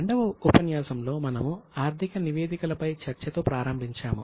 రెండవ ఉపన్యాసంలో మనము ఆర్థిక నివేదికలపై చర్చతో ప్రారంభించాము